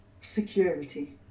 security